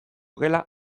gela